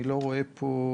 אני לא רואה פה